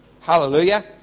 Hallelujah